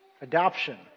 Adoption